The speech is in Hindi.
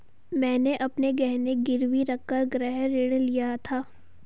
मैंने अपने गहने गिरवी रखकर गृह ऋण लिया था